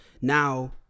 now